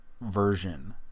version